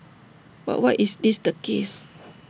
but why is this the case